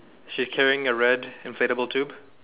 she's carrying a red inflatable tube